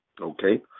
Okay